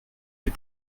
les